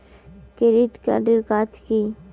Credit card এর কাজ কি?